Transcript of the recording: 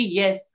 yes